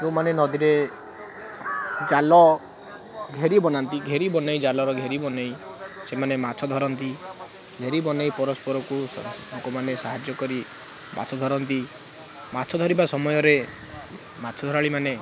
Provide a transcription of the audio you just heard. ଯେଉଁମାନେ ନଦୀରେ ଜାଲ ଘେରି ବନାନ୍ତି ଘେରି ବନେଇ ଜାଲର ଘେରି ବନେଇ ସେମାନେ ମାଛ ଧରନ୍ତି ଘେରି ବନେଇ ପରସ୍ପରକୁ ତାଙ୍କମାନେ ସାହାଯ୍ୟ କରି ମାଛ ଧରନ୍ତି ମାଛ ଧରିବା ସମୟରେ ମାଛ ଧରାଳୀମାନେ